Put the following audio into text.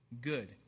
Good